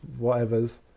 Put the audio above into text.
whatevers